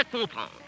comprendre